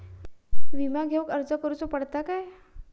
विमा घेउक अर्ज करुचो पडता काय?